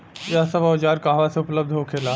यह सब औजार कहवा से उपलब्ध होखेला?